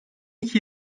iki